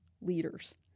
leaders